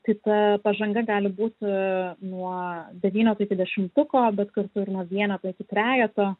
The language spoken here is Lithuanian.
tai ta pažanga gali būti nuo devyneto iki dešimtuko bet kartu ir nuo vieneto iki trejeto